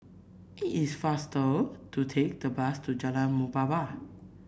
it is faster to take the bus to Jalan Muhibbah